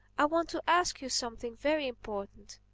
i want to ask you something very important.